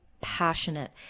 passionate